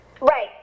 right